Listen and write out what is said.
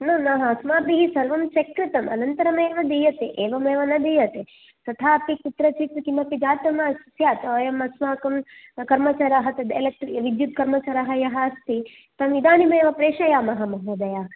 न न अस्माभिः सर्वं चेक् कृतम् अनन्तरमेव दीयते एवमेव न दीयते तथापि कुत्रचित् किमपि जातं स्यात् अयम अस्माकं कर्मचरः तद् एलक्ट्रिक् विद्युत् कर्मचरः यः अस्ति तम् इदानीमेव प्रेषयामः महोदय